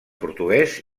portuguès